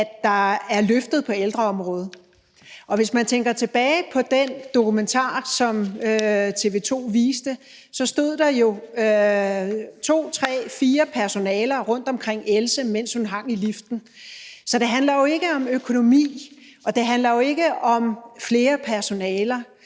at der er løftet på ældreområdet, og hvis man tænker tilbage på den dokumentar, som TV 2 viste, stod der jo to, tre, fire personaler rundtomkring Else, mens hun hang i liften. Så det handler jo ikke om økonomi, og det handler jo ikke om mere personale.